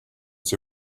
see